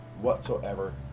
whatsoever